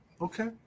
okay